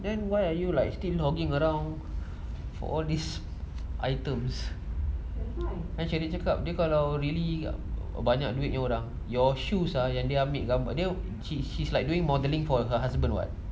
then why are you like still hogging around for all these items then sheryn cakap dia kalau really banyak duit punya orang your shoes ah yang dia ambil gambar dia she's she's like doing modelling for her husband [what]